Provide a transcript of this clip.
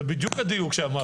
זה הדיוק שאמרתי.